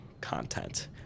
content